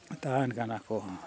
ᱛᱟᱦᱮᱱ ᱠᱟᱱᱟ ᱠᱚ